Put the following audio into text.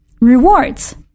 rewards